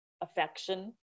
affection